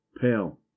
pale